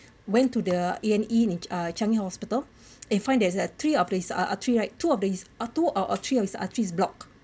went to the A&E uh changi hospital and find there's a three or places uh right like two of these are two out of three of the arteries blocked